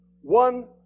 one